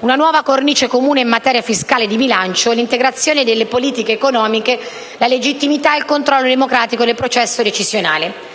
nuova cornice comune in materia fiscale e di bilancio; integrazione delle politiche economiche; legittimità e controllo democratico del processo decisionale.